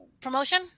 promotion